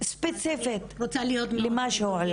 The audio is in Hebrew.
אני רוצה לדעת ספציפית על מה שהועלה.